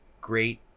great